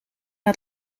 het